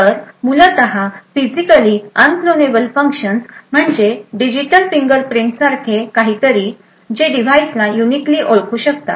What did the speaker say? तर मूलत physically unclonable functions म्हणजे डिजिटल फिंगरप्रिंट्ससारखे काहीतरी जे डिव्हाइसला युनिकली ओळखू शकते